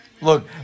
Look